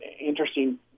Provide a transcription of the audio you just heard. interesting